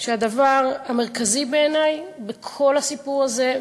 הדבר המרכזי בעיני בכל הסיפור הזה,